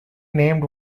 named